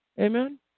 Amen